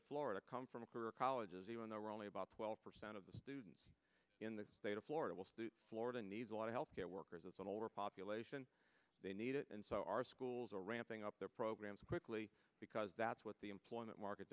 of florida come from colleges even though we're only about twelve percent of the students in the state of florida florida needs a lot of health care workers as well population they need it and so our schools are ramping up their programs quickly because that's what the employment market